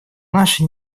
наши